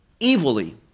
evilly